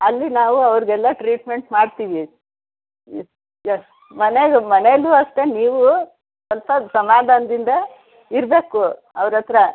ಅಲ್ಲಿ ನಾವು ಅವ್ರಿಗೆಲ್ಲ ಟ್ರೀಟ್ಮೆಂಟ್ ಮಾಡ್ತೀವಿ ಯಸ್ ಮನೇಲ್ಲು ಮನೇಲ್ಲೂ ಅಷ್ಟೇ ನೀವು ಸ್ವಲ್ಪ ಸಮಾಧಾನದಿಂದ ಇರಬೇಕು ಅವ್ರ ಹತ್ತಿರ